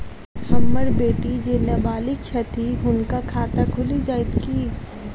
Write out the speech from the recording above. हम्मर बेटी जेँ नबालिग छथि हुनक खाता खुलि जाइत की?